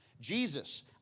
Jesus